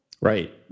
Right